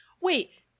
wait